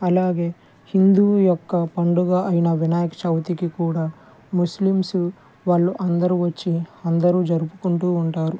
అలాగే హిందువు యొక్క పండుగ అయిన వినాయక చవితికి కూడా ముస్లిమ్స్ వాళ్ళు అందరూ వచ్చి అందరూ జరుపుకుంటూ ఉంటారు